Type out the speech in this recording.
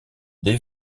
des